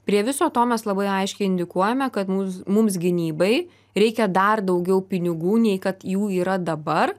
prie viso to mes labai aiškiai indikuojame kad mūs mums gynybai reikia dar daugiau pinigų nei kad jų yra dabar